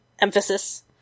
emphasis